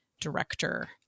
director